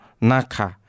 naka